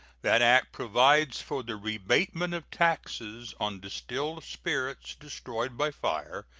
that act provides for the rebatement of taxes on distilled spirits destroyed by fire,